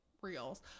reels